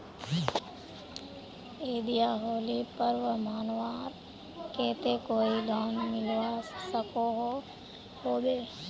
ईद या होली पर्व मनवार केते कोई लोन मिलवा सकोहो होबे?